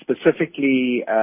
specifically